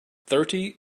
thirty